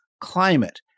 climate